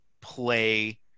play